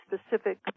specific